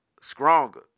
stronger